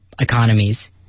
economies